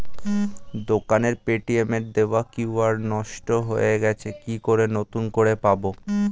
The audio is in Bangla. দোকানের পেটিএম এর দেওয়া কিউ.আর নষ্ট হয়ে গেছে কি করে নতুন করে পাবো?